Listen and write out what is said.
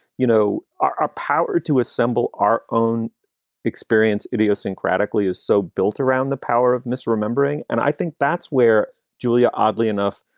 you know, our power to assemble our own experience. idiosyncratically is so built around the power of misremembering. and i think that's where julia. oddly enough,